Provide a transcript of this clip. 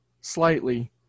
slightly